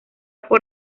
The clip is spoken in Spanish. por